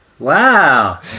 Wow